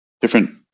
Different